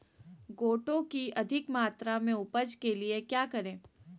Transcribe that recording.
गोटो की अधिक मात्रा में उपज के लिए क्या करें?